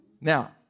Now